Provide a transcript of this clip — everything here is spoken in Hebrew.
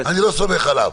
-- אני לא סומך עליו.